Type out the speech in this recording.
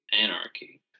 Anarchy